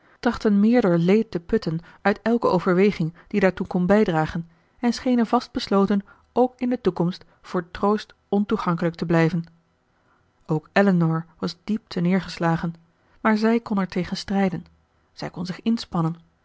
meerder leed te putten uit elke overweging die daartoe kon bijdragen en schenen vastbesloten ook in de toekomst voor troost ontoegankelijk te blijven ook elinor was diep terneergeslagen maar zij kon ertegen strijden zij kon zich inspannen